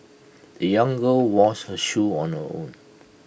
the young girl washed her shoes on her own